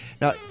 Now